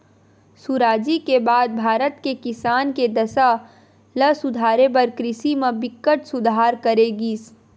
सुराजी के बाद भारत के किसान के दसा ल सुधारे बर कृषि म बिकट सुधार करे गिस